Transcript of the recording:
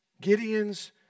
Gideon's